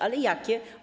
Ale jakie?